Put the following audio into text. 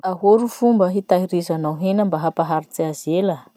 Ahoa ro fomba hitahirizanao hena mba hampaharitsy azy ela?